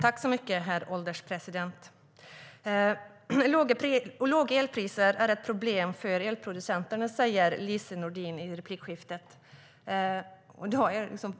Herr ålderspresident! Låga elpriser är ett problem för elproducenterna, säger Lise Nordin i sin replik.